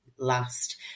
last